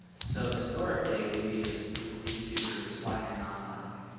so historically, we've used these two groups, black and non-black.